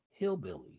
hillbillies